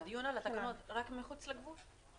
אז הדיון על התקנות רק מחוץ לגבול?